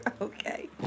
Okay